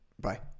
Bye